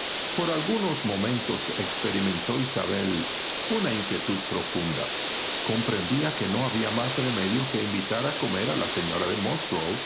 por algunos momentos experimentó isabel una inquietud profunda comprendía que no había más remedio que invitar a comer a la señora de